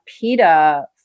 PETA